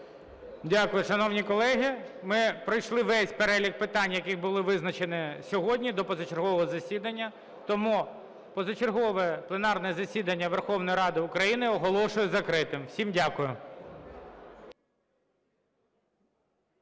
Дякую, шановні колеги. Ми пройшли весь перелік питань, які були визначені сьогодні до позачергового засідання. Тому позачергове пленарне засідання Верховної Ради України оголошую закритим. Всім дякую.